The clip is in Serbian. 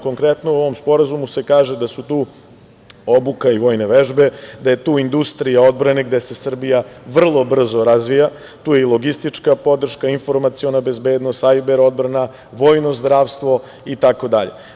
Konkretno u ovom sporazumu se kaže da su tu obuka i vojne vežbe, da je tu industrija odbrane, da se Srbija vrlo brzo razvija i logistička podrška, informaciona bezbednost, sajber odbrana, vojno zdravstvo, itd.